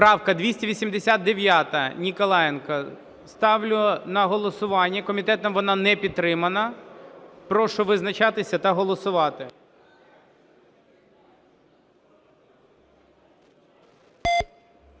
Правка 289, Ніколаєнко. Ставлю на голосування. Комітетом вона не підтримана. Прошу визначатися та голосувати.